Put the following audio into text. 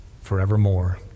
forevermore